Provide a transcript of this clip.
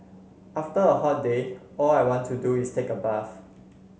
after a hot day all I want to do is take a bath